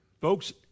Folks